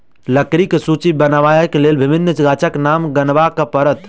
लकड़ीक सूची बनयबाक लेल विभिन्न गाछक नाम गनाब पड़त